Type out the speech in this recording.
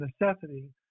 necessity